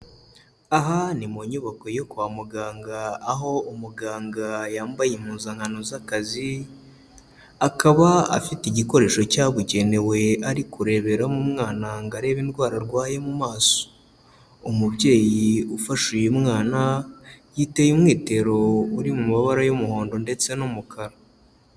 Aha ni mu nyubako yo kwa muganga aho umuganga yambaye impuzankano z'akazi, akaba afite igikoresho cyabugenewe ari kureberamo umwana ngo arebe indwara arwaye mu maso, umubyeyi ufasha uyu mwana yiteye umwitero uri mu mabara y'umuhondo ndetse n'umukara.